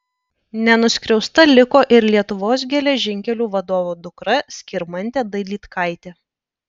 nenuskriausta liko ir lietuvos geležinkelių vadovo dukra skirmantė dailydkaitė